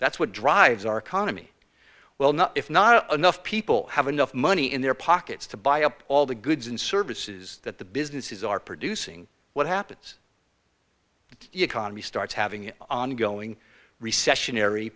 that's what drives our economy well not if not enough people have enough money in their pockets to buy up all the goods and services that the businesses are producing what happens to the economy starts having ongoing recessionary